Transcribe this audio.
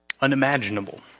unimaginable